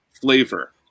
flavor